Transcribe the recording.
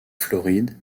floride